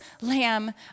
lamb